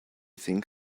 think